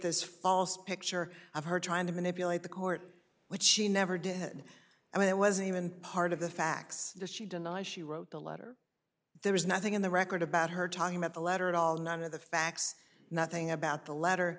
this false picture of her trying to manipulate the court which she never did and it wasn't even part of the facts the she denies she wrote the letter there was nothing in the record about her talking about the letter at all none of the facts nothing about the letter